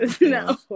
No